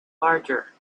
larger